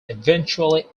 eventually